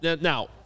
now